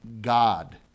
God